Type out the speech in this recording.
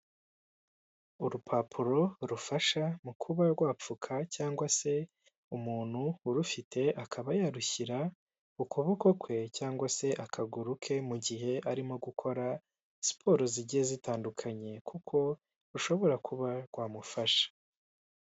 Urupapuro rufasha mu kuba rwapfuka cyangwa se umuntu urufite akaba yarushyira kukaboko ke cyangwa se akaguru ke mu gihe arimo gukora siporo zigiye zitandukanye kuko rushobora kuba rwamufasha.